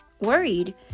worried